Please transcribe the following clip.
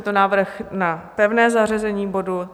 Je to návrh na pevné zařazení bodu.